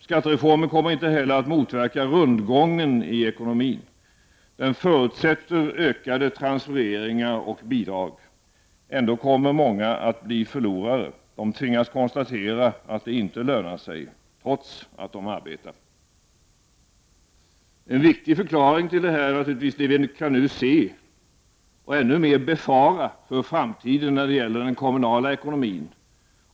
Skattereformen kommer inte heller att motverka rundgången i ekonomin. Den förutsätter ökade transfereringar och bidrag. Ändå kommer många att bli förlorare. De tvingas konstatera att det inte lönar sig, trots att de arbetar. En viktig förklaring till detta kan vi nu se — och ännu mer befara för framtiden — när det gäller den kommunala ekonomin.